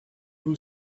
who